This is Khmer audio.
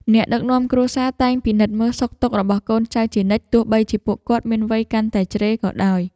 អ្នកដឹកនាំគ្រួសារតែងពិនិត្យមើលសុខទុក្ខរបស់កូនចៅជានិច្ចទោះបីជាពួកគាត់មានវ័យកាន់តែជ្រេក៏ដោយ។